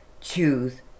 Choose